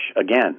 again